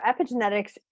epigenetics